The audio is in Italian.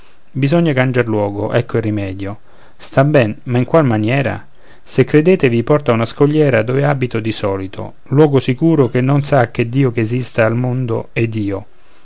bisogna cangiar luogo ecco il rimedio sta ben ma in qual maniera se credete vi porto a una scogliera dove abito di solito luogo sicuro che non sa che dio che esista al mondo ed io